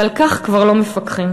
ועל כך כבר לא מפקחים.